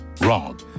wrong